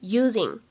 using